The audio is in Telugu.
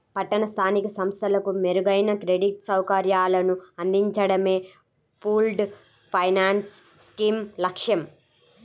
పట్టణ స్థానిక సంస్థలకు మెరుగైన క్రెడిట్ సౌకర్యాలను అందించడమే పూల్డ్ ఫైనాన్స్ స్కీమ్ లక్ష్యం